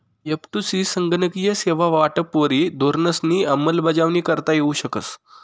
एफ.टु.सी संगणकीय सेवा वाटपवरी धोरणंसनी अंमलबजावणी करता येऊ शकस